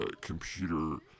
computer